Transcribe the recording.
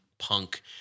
Punk